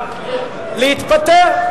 הממשלה להתפטר.